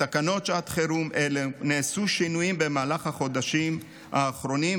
בתקנות שעת חירום אלה נעשו שינויים במהלך החודשים האחרונים,